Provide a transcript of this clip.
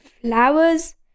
flowers